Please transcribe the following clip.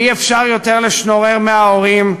ואי-אפשר יותר לשנורר מההורים,